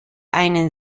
einen